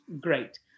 great